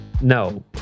no